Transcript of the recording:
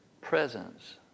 presence